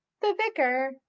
the vicar,